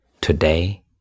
today